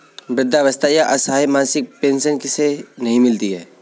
वृद्धावस्था या असहाय मासिक पेंशन किसे नहीं मिलती है?